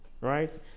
right